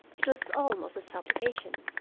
it was almost a supplication.